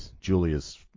Julia's